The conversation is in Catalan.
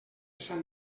sant